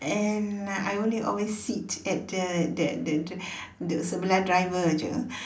and I only always sit at the the the duduk sebelah driver jer